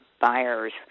buyers